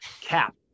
cap